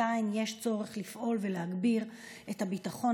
עדיין יש צורך לפעול להגביר את הביטחון